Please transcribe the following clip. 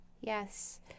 Yes